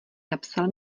napsal